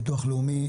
ביטוח לאומי,